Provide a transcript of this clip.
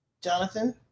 Jonathan